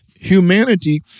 humanity